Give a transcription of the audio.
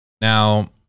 Now